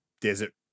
desert